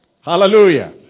Hallelujah